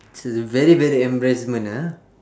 it's a very very embarrassment ah